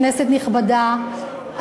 כנסת נכבדה,